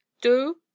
Do